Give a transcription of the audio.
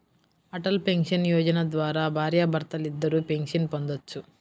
Atal pension Yojana ద్వారా భార్యాభర్తలిద్దరూ pension పొందొచ్చు